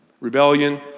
Rebellion